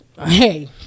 Hey